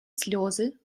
сльози